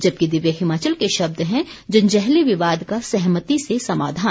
जबकि दिव्य हिमाचल के शब्द हैं जंजैहली विवाद का सहमति से समाधान